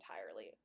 entirely